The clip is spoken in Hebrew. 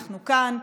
אנחנו כאן,